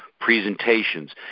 presentations